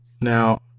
Now